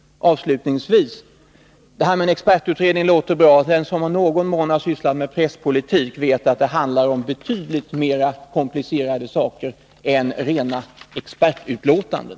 Avslutningsvis: Detta med en expertutredning låter bra. Den som i någon mån har sysslat med presspolitik vet att det handlar om betydligt mer komplicerade saker än rena expertutlåtanden.